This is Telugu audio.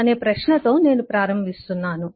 అనే ప్రశ్నతో నేను ప్రారంభిస్తున్నాను